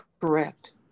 correct